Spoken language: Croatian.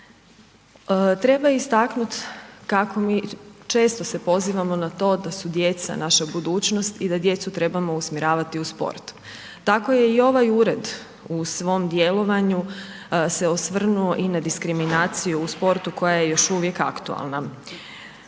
Treba istaknut kako mi često se pozivamo na to da su djeca naša budućnost i da djecu trebamo usmjeravati u sport, tako je i ovaj ured u svom djelovanju se osvrnuo i na diskriminaciju u sportu koja je još uvijek aktualna.